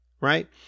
Right